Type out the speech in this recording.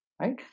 right